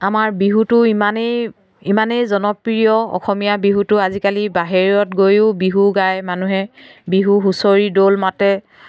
আমাৰ বিহুটো ইমানেই ইমানেই জনপ্ৰিয় অসমীয়া বিহুটো আজিকালি বাহিৰত গৈয়ো বিহু গায় মানুহে বিহু হুঁচৰি দল মাতে